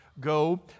go